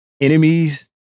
enemies